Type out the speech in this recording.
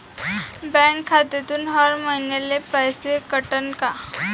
Bank खात्यातून हर महिन्याले पैसे कटन का?